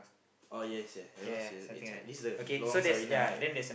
oh yes yes because she was inside this the long story night